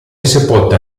sepolta